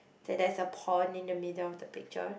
so there's a pond in the middle of the picture